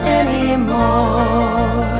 anymore